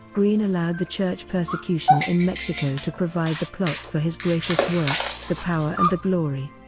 greene allowed the church persecution in mexico to provide the plot for his greatest work the power and the glory.